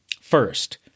First